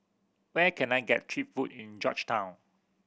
where can I get cheap food in Georgetown